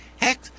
heck